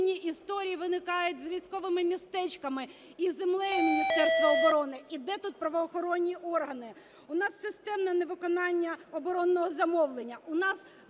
Дякую,